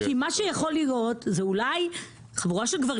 מה שיכול להיות זה אולי חבורה של גברים